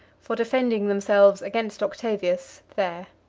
for defending themselves against octavius there.